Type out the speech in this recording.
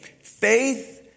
faith